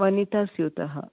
वनितास्यूतः